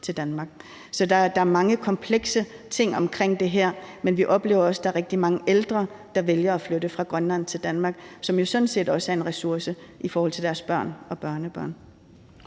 Så der er mange komplekse ting omkring det her, og vi oplever også, at der er rigtig mange ældre, der vælger at flytte fra Grønland til Danmark, og de er jo sådan set også en ressource i forhold til deres børn og børnebørn.